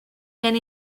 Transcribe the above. can